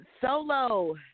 Solo